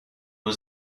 was